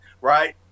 right